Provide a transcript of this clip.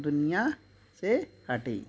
दुनिया से हटी